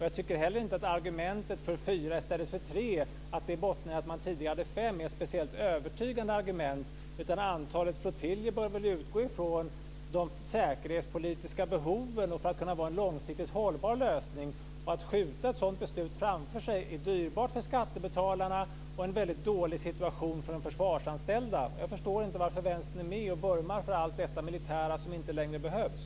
Jag tycker inte heller att argumentet för fyra i stället för tre som bottnar i att man tidigare hade fem är ett speciellt övertygande argument. Antalet flottiljer bör väl utgå ifrån de säkerhetspolitiska behoven för att kunna vara en långsiktigt hållbar lösning. Att skjuta ett sådant beslut framför sig är dyrbart för skattebetalarna och en väldigt dålig situation för de försvarsanställda. Jag förstår inte varför Vänstern är med och vurmar för allt detta militära som inte längre behövs.